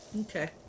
Okay